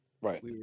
Right